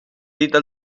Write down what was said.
dita